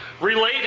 related